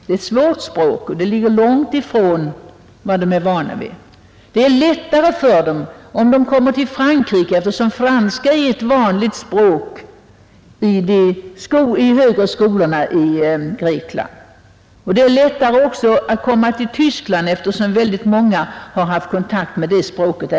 Det är ett språk som ligger långt ifrån deras eget. Det är lättare för dem att anpassa sig i Frankrike, eftersom franska är ett vanligt språk i de högre skolorna i Grekland. Det är också lättare för dem att anpassa sig i Tyskland, eftersom många greker i sitt hemland haft kontakt med tyska språket.